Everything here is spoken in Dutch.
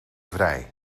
vrij